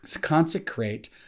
consecrate